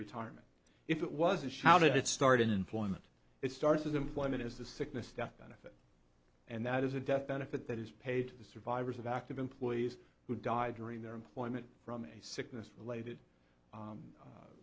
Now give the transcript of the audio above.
retirement if it wasn't shouted it started in flint it starts with employment is the sickness death benefit and that is a death benefit that is paid to the survivors of active employees who died during their employment from a sickness related